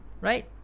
right